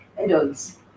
adults